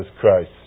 Christ